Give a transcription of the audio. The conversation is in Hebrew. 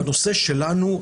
בנושא שלנו,